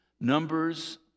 Numbers